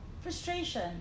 Frustration